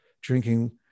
drinking